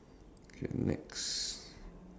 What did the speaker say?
okay next